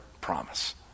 promise